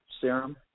serum